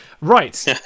Right